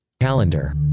Calendar